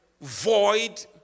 void